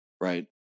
Right